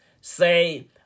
say